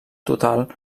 total